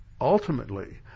ultimately